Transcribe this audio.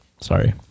Sorry